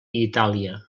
itàlia